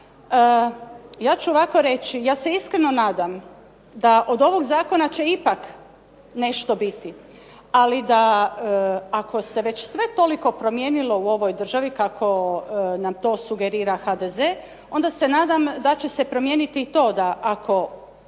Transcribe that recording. Ja ću ovako reći, ja se iskreno nadam da od ovog zakona će ipak nešto biti, ali da ako se već sve toliko promijenilo u ovoj državi kako nam to sugerira HDZ, onda se nadam da će se promijeniti i to da ako